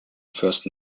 first